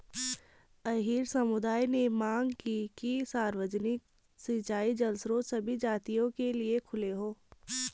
अहीर समुदाय ने मांग की कि सार्वजनिक सिंचाई जल स्रोत सभी जातियों के लिए खुले हों